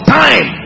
time